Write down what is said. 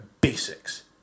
basics